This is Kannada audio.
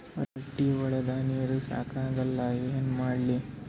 ರಾಟಿ ಹೊಡದ ನೀರ ಸಾಕಾಗಲ್ಲ ಏನ ಮಾಡ್ಲಿ?